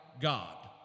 God